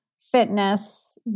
fitness